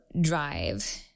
drive